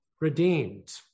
redeemed